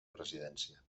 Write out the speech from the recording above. presidència